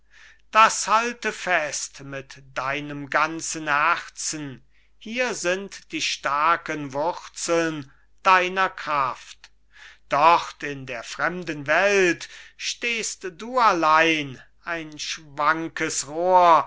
das halte fest mit deinem ganzen herzen hier sind die starken wurzeln deiner kraft dort in der fremden welt stehst du allein ein schwankes rohr